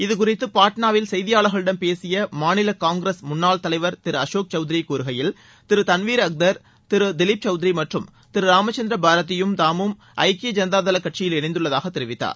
இது குறித்து பாட்னாவில் சுய்தியாளர்களிடம் பேசிய மாநில காங்கிரஸ் முன்னாள் தலைவர் திரு அஷோக் சவுத்ரி கூறுகையில் திரு தன்வீர் அக்தர் திரு திலிப் சவுத்ரி மற்றும் திரு ராமச்சந்திர பாரதியும் தாமும் ஐக்கிய ஜனதா தள கட்சியில் இணைந்துள்ளதாக தெரிவித்தார்